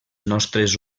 nostres